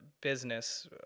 business